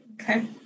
Okay